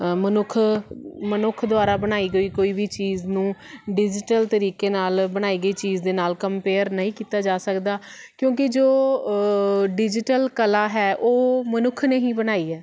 ਮਨੁੱਖ ਮਨੁੱਖ ਦੁਆਰਾ ਬਣਾਈ ਗਈ ਕੋਈ ਵੀ ਚੀਜ਼ ਨੂੰ ਡਿਜੀਟਲ ਤਰੀਕੇ ਨਾਲ ਬਣਾਈ ਗਈ ਚੀਜ਼ ਦੇ ਨਾਲ ਕੰਪੇਅਰ ਨਹੀਂ ਕੀਤਾ ਜਾ ਸਕਦਾ ਕਿਉਂਕਿ ਜੋ ਡਿਜੀਟਲ ਕਲਾ ਹੈ ਉਹ ਮਨੁੱਖ ਨੇ ਹੀ ਬਣਾਈ ਹੈ